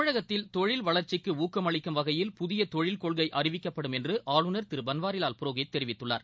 தமிழகத்தில் தொழில் வளர்ச்சிக்கு ஊக்கமளிக்கும் வகையில் புதிய தொழில் கொள்கை அறிவிக்கப்படும் என்று ஆளுநர் திரு பன்வாரிலால் புரோஹித் தெரிவித்துள்ளார்